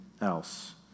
else